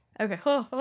okay